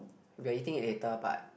we are eating it later but